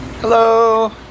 Hello